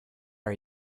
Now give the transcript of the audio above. are